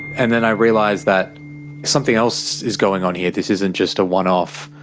and then i realised that something else is going on here. this isn't just a one off.